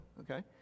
okay